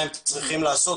מה הם צריכים לעשות,